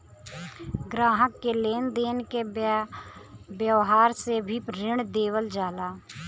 ग्राहक के लेन देन के व्यावहार से भी ऋण देवल जाला